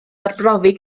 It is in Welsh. arbrofi